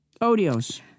Odios